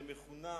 שמכונה